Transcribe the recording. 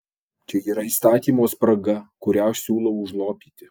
čia yra įstatymo spraga kurią aš siūlau užlopyti